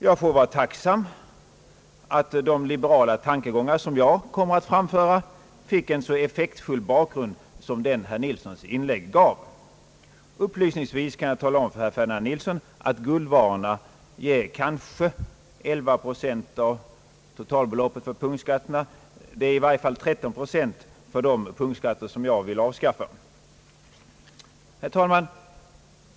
Jag får vara tacksam att de liberala tankegångar som jag kommer att framföra fick en så effektfull bakgrund som herr Nilssons inlägg gav. Upplysningsvis kan jag tala om för herr Nilsson att guldvarorna ger kanske 11 procent av totalbeloppet för punktskatterna. Det rör sig i varje fall om 13 procent för de punktskatter som jag vill avskaffa. Herr talman!